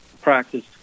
practice